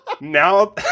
Now